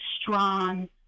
strong